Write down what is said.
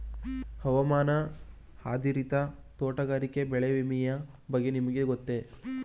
ಹವಾಮಾನ ಆಧಾರಿತ ತೋಟಗಾರಿಕೆ ಬೆಳೆ ವಿಮೆಯ ಬಗ್ಗೆ ನಿಮಗೆ ಗೊತ್ತೇ?